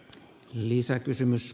arvoisa puhemies